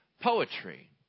poetry